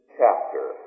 chapter